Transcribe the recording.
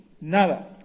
nada